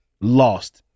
lost